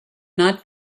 not